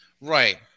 right